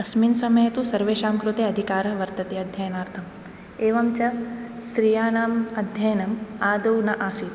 अस्मिन् समये तु सर्वेषां कृते अधिकारः वर्तते अध्ययनार्थम् एवञ्च स्त्रीयाणाम् अध्ययनम् आदौ न आसीत्